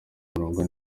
murongo